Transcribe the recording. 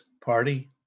Party